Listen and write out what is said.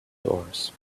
doors